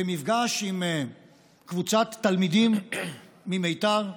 במפגש עם קבוצת תלמידים ממיתר,